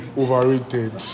overrated